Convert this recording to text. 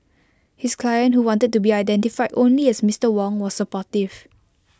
his client who wanted to be identified only as Mister Wong was supportive